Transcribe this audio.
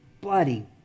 bloody